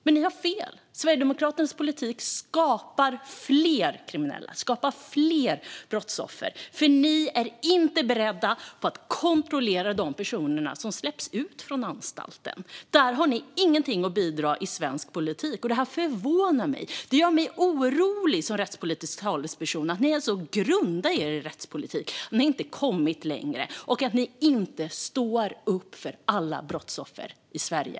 Men ni har fel. Sverigedemokraternas politik skapar fler kriminella och fler brottsoffer, för ni är inte beredda att kontrollera de personer som släpps ut från anstalten. Här har ni inget att bidra med i svensk politik, och det förvånar mig. Det gör mig orolig, som rättspolitisk talesperson, att ni är så grunda i er rättspolitik, att ni inte kommit längre och att ni inte står upp för alla brottsoffer i Sverige.